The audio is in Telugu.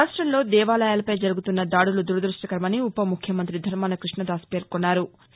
రాష్టంలో దేవాలయాలపై జరుగుతున్న దాదులు దురదృష్టకరమని ఉప ముఖ్యమంత్రి ధర్మాన కృష్ణదాస్ పేర్కోన్నారు